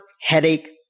headache